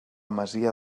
masia